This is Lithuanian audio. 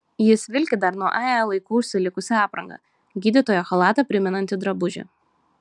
jis vilki dar nuo ae laikų užsilikusią aprangą gydytojo chalatą primenantį drabužį